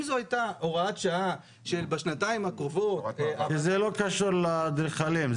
אם זו הייתה הוראת שעה שבשנתיים הקרובות -- זה לא קשור לאדריכלים,